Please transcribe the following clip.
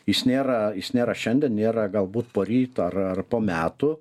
jis nėra jis nėra šiandien nėra galbūt poryt ar ar po metų